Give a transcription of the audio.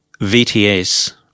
VTS